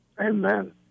Amen